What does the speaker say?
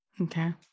Okay